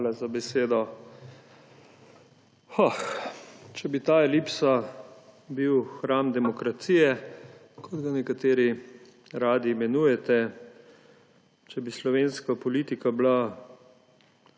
Hvala za besedo. Če bi ta elipsa bil hram demokracije, kot ga nekateri radi imenujete, če bi slovenska politika bila